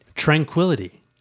Tranquility